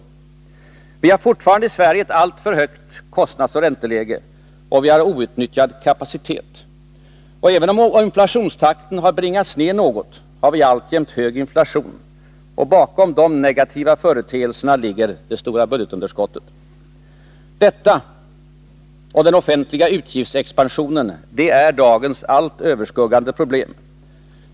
I Sverige har vi fortfarande ett alltför högt kostnadsoch ränteläge, och vi har outnyttjad kapacitet. Även om inflationstakten har bringats ned något, har vi alltjämt hög inflation. Bakom dessa negativa företeelser ligger det stora budgetunderskottet. Detta — och den offentliga utgiftsexpansionen — är dagens allt överskuggande problem.